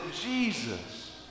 Jesus